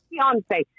Beyonce